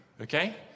Okay